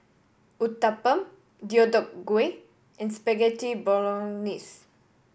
Uthapam Deodeok Gui and Spaghetti Bolognese